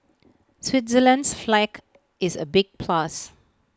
Switzerland's flag is A big plus